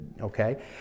Okay